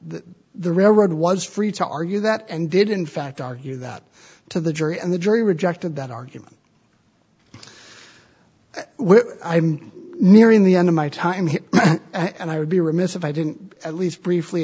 that the railroad was free to argue that and did in fact argue that to the jury and the jury rejected that argument i'm nearing the end of my time here and i would be remiss if i didn't at least briefly